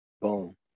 Boom